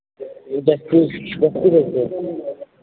gastric gastric হৈছে